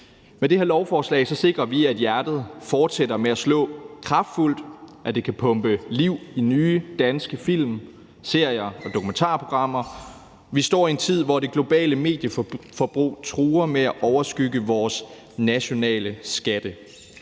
Med det her lovforslag sikrer vi, at hjertet fortsætter med at slå kraftfuldt, og at det kan pumpe liv i nye danske film, serier og dokumentarprogrammer. Vi står i en tid, hvor det globale medieforbrug truer med at overskygge vores nationale skatte.